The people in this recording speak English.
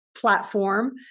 platform